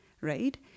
right